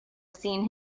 seen